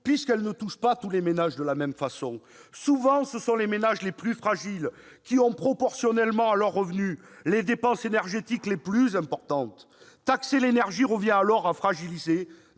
les ménages ne sont pas touchés de la même façon. Souvent, ce sont les ménages les plus fragiles qui ont, proportionnellement à leurs revenus, les dépenses énergétiques les plus importantes. Taxer l'énergie revient alors à fragiliser